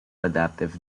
adaptive